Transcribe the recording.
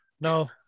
no